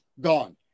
gone